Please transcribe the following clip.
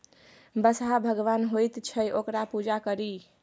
बसहा भगवान होइत अछि ओकर पूजा करी